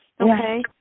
Okay